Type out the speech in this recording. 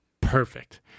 perfect